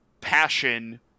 passion